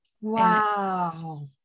Wow